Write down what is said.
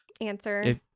answer